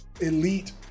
elite